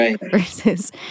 versus